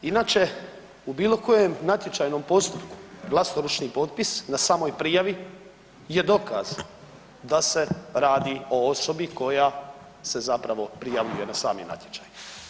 Inače u bilo kojem natječajnom postupku vlastoručni potpis na samoj prijavi je dokaz da se radi o osobi koja se zapravo prijavljuje na sami natječaj.